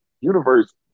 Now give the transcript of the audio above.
universe